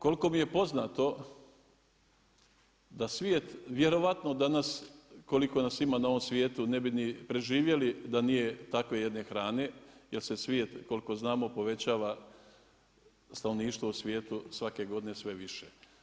Koliko mi je poznato, da svijet vjerovatno danas koliko nas ima na ovom svijetu ne bi ni preživjeli da nije takve jedne hrane, jer se svijet koliko znamo povećava, stanovništvo u svijetu svake godine sve više.